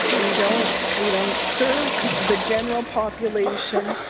we don't we don't serve the general population.